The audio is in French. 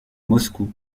moscou